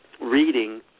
reading